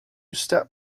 step